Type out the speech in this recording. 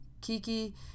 Kiki